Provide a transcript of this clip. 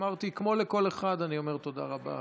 אמרתי כמו לכל אחד, אני אומר תודה רבה.